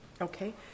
Okay